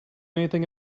anything